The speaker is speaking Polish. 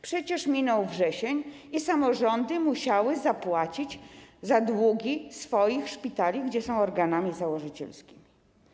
Przecież minął wrzesień i samorządy musiały zapłacić za długi swoich szpitali, których są organami założycielskimi.